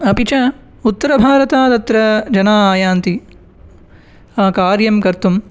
अपि च उत्तरभारतादत्र जनाः आयान्ति कार्यं कर्तुम्